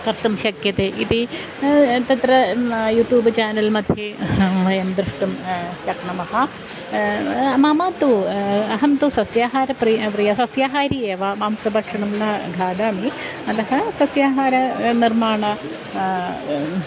कर्तुं शक्यते इति तत्र म यूट्यूब् चानल् मध्ये अहं वयं द्रष्टुं शक्नुमः मम तु अहं तु सस्याहारि प्रि प्रिय सस्याहारी एव मांसभक्षणं न खादामि अतः सस्याहारः निर्माणं